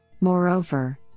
Moreover